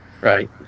Right